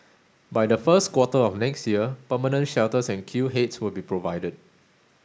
by the first quarter of next year permanent shelters and queue heads will be provided